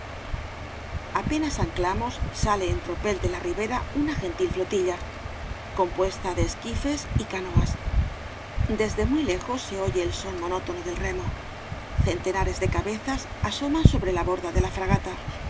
apenas anclamos sale en tropel de la ribera una gentil flotilla compuesta de esquifes y c o obras devalle inclan j canoas desde muy lejos se oye el son monótono del remo centenares de cabezas asoman sobre la borda de la fragata